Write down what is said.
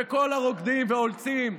וכל הרוקדים והעולצים,